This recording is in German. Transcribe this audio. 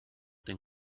den